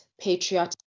patriotic